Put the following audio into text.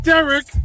Derek